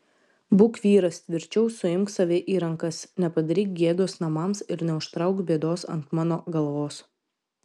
būk vyras tvirčiau suimk save į rankas nepadaryk gėdos namams ir neužtrauk bėdos ant mano galvos